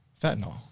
Fentanyl